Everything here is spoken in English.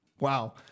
Wow